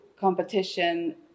competition